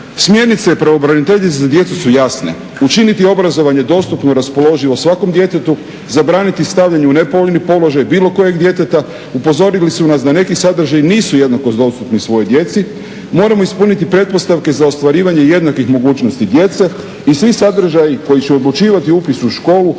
Smjernice pravobraniteljice za djecu su jasne – učiniti obrazovanje dostupno, raspoloživo svakom djetetu, zabraniti stavljanje u nepovoljni položaj bilo kojeg djeteta. Upozorili su nas da neki sadržaji nisu jednako dostupni svoj djeci. Moramo ispuniti pretpostavke za ostvarivanje jednakih mogućnosti djece i svi sadržaji koji će odlučivati o upisu u školu